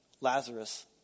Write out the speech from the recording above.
Lazarus